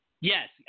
Yes